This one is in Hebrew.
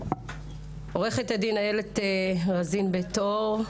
עוה"ד איילת רזין בית אור,